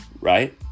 right